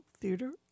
theater